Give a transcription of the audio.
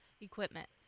equipment